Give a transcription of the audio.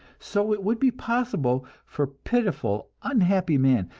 so it would be possible for pitiful, unhappy man,